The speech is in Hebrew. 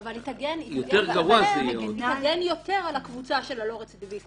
היא תגן יותר על הקבוצה של הלא רצידיביסטים.